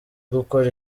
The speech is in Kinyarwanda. gukora